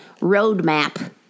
roadmap